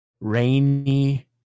Rainy